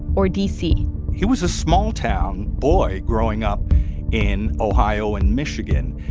or dc he was a small-town boy growing up in ohio and michigan,